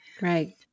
Right